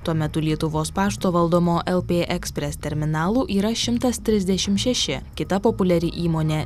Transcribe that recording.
tuo metu lietuvos pašto valdomo lp ekspres terminalų yra šimtas trisdešimt šeši kita populiari įmonė